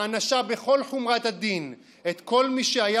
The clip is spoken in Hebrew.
הענשה בכל חומרת הדין את כל מי שהיה